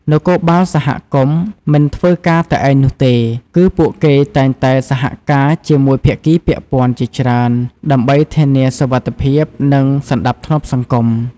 នគរបាលសហគមន៍ មិនធ្វើការតែឯងនោះទេ គឺពួកគេតែងតែសហការជាមួយភាគីពាក់ព័ន្ធជាច្រើន ដើម្បីធានាសុវត្ថិភាព និងសណ្ដាប់ធ្នាប់សង្គម។